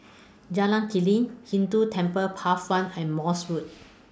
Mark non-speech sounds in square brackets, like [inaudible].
Jalan Klinik Hindu Cemetery Path one and Morse Road [noise]